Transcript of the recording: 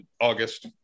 August